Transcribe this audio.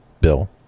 Bill